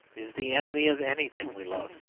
is the enemy of anything we love.